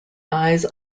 eyes